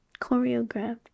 choreographed